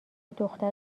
دختر